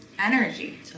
energy